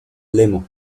leyment